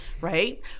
right